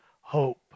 hope